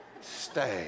Stay